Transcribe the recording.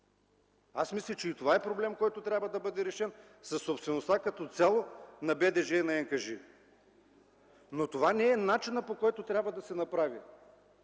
Аз мисля, че и това е проблем, който трябва да се реши – със собствеността като цяло на БДЖ и НКЖИ. Но това не е начинът, по който трябва да се направи.